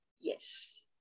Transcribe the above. yes